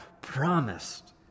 promised